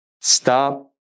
Stop